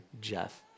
Jeff